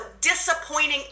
disappointing